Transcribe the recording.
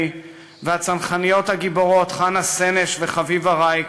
והצנחניות הגיבורות חנה סנש וחביבה רייק,